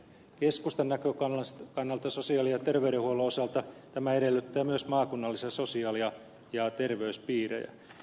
keskustan näkökannalta sosiaali ja terveydenhuollon osalta tämä edellyttää myös maakunnallisia sosiaali ja terveyspiirejä